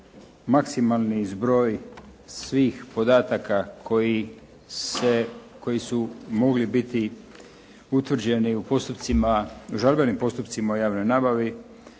maksimalni zbroj svih podataka koji su mogli biti utvrđeni u postupcima, žalbenim postupcima u javnoj nabavi